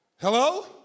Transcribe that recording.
Hello